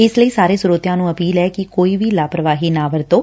ਇਸ ਲਈ ਸਾਰੇ ਸਰੋਤਿਆਂ ਨੂੰ ਅਪੀਲ ਐ ਕਿ ਕੋਈ ਵੀ ਲਾਪਰਵਾਹੀ ਨਾ ਵਰਤੋਂ